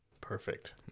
Perfect